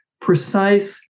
precise